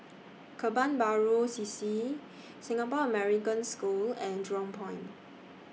Kebun Baru C C Singapore American School and Jurong Point